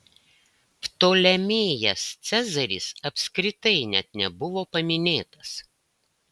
ptolemėjas cezaris apskritai net nebuvo paminėtas